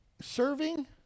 serving